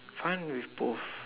fine with both